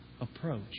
approach